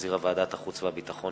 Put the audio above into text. שהחזירה ועדת החוץ והביטחון,